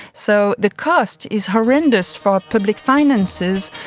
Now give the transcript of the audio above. so the cost is horrendous for public finances,